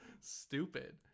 stupid